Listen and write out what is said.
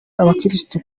abakirisitu